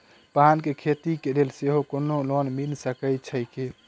पान केँ खेती केँ लेल सेहो कोनो लोन मिल सकै छी की?